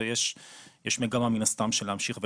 ויש מגמה מן הסתם של להמשיך ולחשמל.